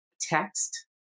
text